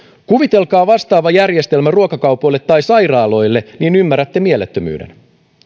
kuvitelkaa vastaava järjestelmä ruokakaupoille tai sairaaloille niin ymmärrätte mielettömyyden